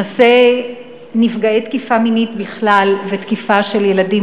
נושא נפגעי תקיפה מינית בכלל ותקיפה של ילדים